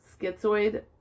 schizoid